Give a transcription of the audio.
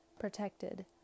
protected